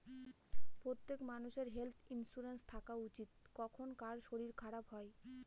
প্রত্যেক মানষের health insurance থাকা উচিত, কখন কার শরীর খারাপ হয়